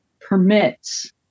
permits